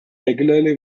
regularly